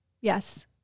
yes